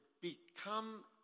become